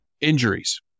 injuries